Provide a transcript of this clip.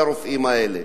לרופאים האלה.